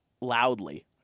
loudly